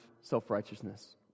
self-righteousness